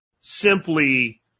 simply